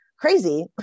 crazy